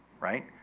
right